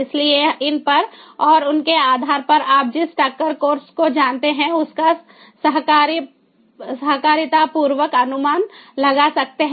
इसलिए इन पर और उनके आधार पर आप जिस टक्कर कोर्स को जानते हैं उसका सहकारितापूर्वक अनुमान लगा सकते हैं